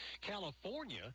California